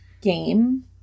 game